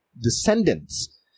descendants